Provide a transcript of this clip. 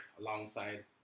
alongside